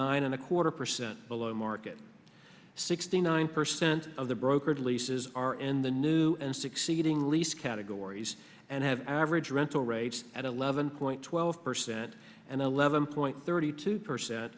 nine and a quarter percent below market sixty nine percent of the brokered leases are in the new and succeeding lease categories and have average rental rates at eleven point twelve percent and eleven point thirty two percent